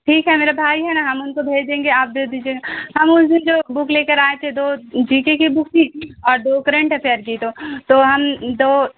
ٹھیک ہے میرا بھائی ہے نا ہم ان کو بھیج دیں گے آپ دے دیجیے گا ہم اس دن جو بک لے کر آئے تھے تو جی کے کی بک تھی اور دو کرینٹ افیئر کی تو تو ہم تو